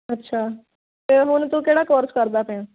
ਅੱਛਾ ਅਤੇ ਹੁਣ ਤੂੰ ਕਿਹੜਾ ਕੋਰਸ ਕਰਦਾ ਪਿਆ